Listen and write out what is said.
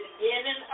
beginning